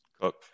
Cook